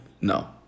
No